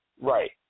right